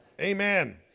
Amen